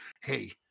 hey